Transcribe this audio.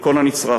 לכל הנצרך.